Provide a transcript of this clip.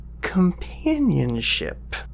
Companionship